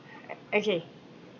okay